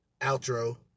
outro